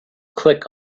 click